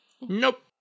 Nope